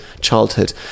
childhood